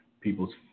people's